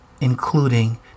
including